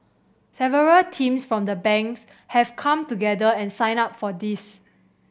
several teams from the Banks have come together and signed up for this